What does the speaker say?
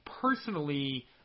personally